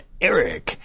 Eric